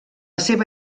seva